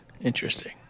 Interesting